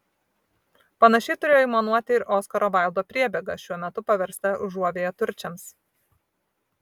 panašiai turėjo aimanuoti ir oskaro vaildo priebėga šiuo metu paversta užuovėja turčiams